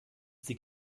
sie